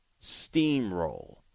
steamroll